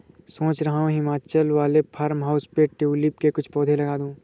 सोच रहा हूं हिमाचल वाले फार्म हाउस पे ट्यूलिप के कुछ पौधे लगा दूं